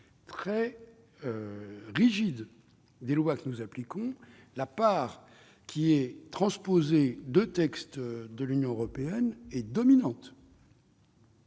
très rigides, des lois que nous appliquons, la part de transpositions de textes de l'Union européenne est dominante.